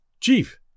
Chief